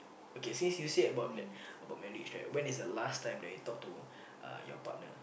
okay since you say about that about about marriage right when is the last time that you talk to uh your partner